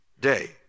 day